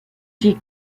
die